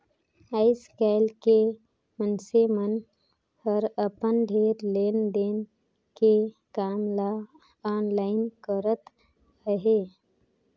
आएस काएल के मइनसे मन हर अपन ढेरे लेन देन के काम ल आनलाईन करत अहें